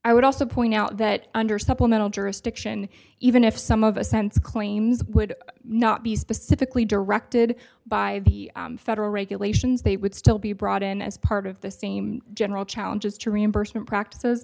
i would also point out that under supplemental jurisdiction even if some of a sense claims would not be specifically directed by the federal regulations they would still be brought in as part of the same general challenges to reimbursement practices